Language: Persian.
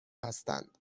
هستند